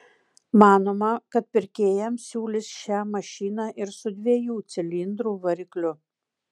manoma kad pirkėjams siūlys šią mašiną ir su dviejų cilindrų varikliu